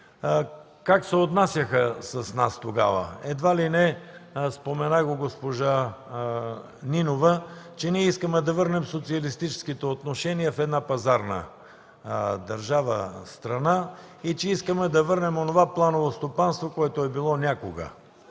Как се отнасяха с нас тогава? Едва ли не, спомена го и госпожа Нинова, че ние искаме да върнем социалистическите отношения в една пазарна държава и искаме да върнем онова планово стопанство, което е било някога.